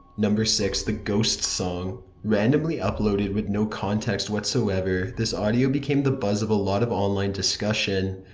number six. the ghost song randomly uploaded with no context whatsoever, this audio became the buzz of a lot of online discussion.